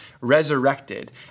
resurrected